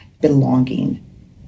belonging